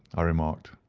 i remarked.